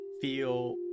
feel